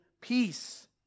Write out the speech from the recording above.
peace